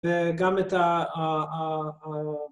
‫וגם את ה...